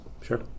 Sure